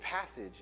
passage